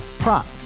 Prop